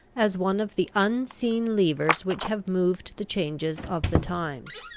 as one of the unseen levers which have moved the changes of the times.